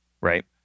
Right